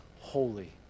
holy